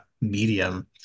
medium